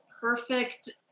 perfect